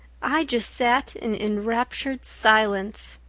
i just sat in enraptured silence.